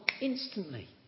instantly